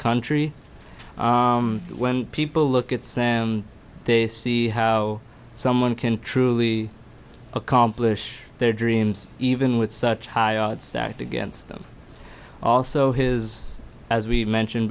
country when people look at sam they see how someone can truly accomplish their dreams even with such high odds stacked against them also his as we mentioned